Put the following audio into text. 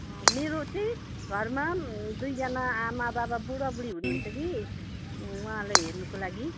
मेरो चाहिँ घरमा दुईजना आमाबाबा बुढाबुढी हुनुहुन्छ कि उहाँलाई हेर्नुको लागि